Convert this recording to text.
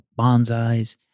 bonsais